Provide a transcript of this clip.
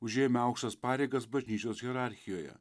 užėmę aukštas pareigas bažnyčios hierarchijoje